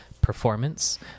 performance